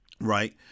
Right